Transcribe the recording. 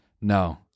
No